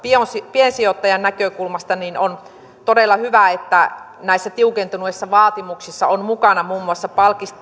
piensijoittajan näkökulmasta niin on todella hyvä että näissä tiukentuneissa vaatimuksissa on mukana muun muassa